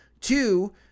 Two